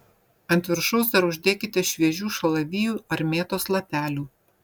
ant viršaus dar uždėkite šviežių šalavijų ar mėtos lapelių